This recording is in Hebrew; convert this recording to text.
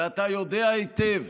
ואתה יודע היטב